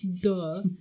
duh